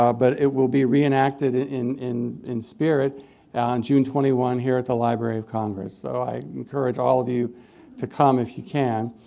um but it will be re-enacted in in spirit on june twenty one here at the library of congress. so i encourage all of you to come if you can.